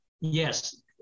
yes